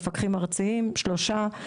מפקחים ארציים שלושה,